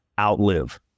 outlive